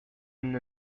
and